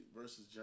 versus